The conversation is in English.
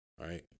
right